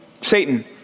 Satan